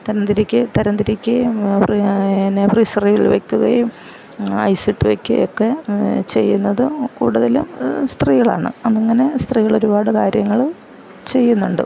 തരംതിരിക്കുകയും തരംതിരിക്കുകയും പിന്നെ ഫ്രീസറിൽ വെയ്ക്കുകയും ഐസ് ഇട്ട് വയ്ക്കുകയും ഒക്കെ ചെയ്യുന്നത് കൂടുതലും സ്ത്രീകളാണ് അങ്ങനെ സ്ത്രീകള് ഒരുപാട് കാര്യങ്ങള് ചെയ്യുന്നുണ്ട്